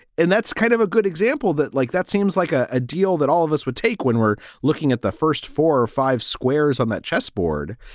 and that's kind of a good example that like that seems like a deal that all of us would take when we're looking at the first four or five squares on that chessboard,